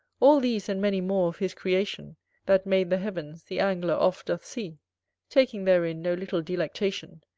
all these, and many more of his creation that made the heavens, the angler oft doth see taking therein no little delectation,